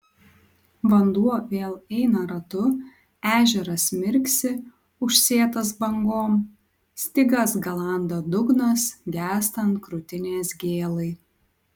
vanduo vėl eina ratu ežeras mirksi užsėtas bangom stygas galanda dugnas gęstant krūtinės gėlai